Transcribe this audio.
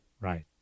Right